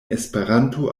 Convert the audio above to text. esperanto